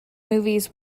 movies